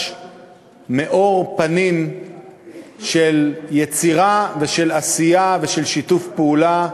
מאור פנים של יצירה ושל עשייה ושל שיתוף פעולה,